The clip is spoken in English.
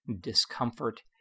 discomfort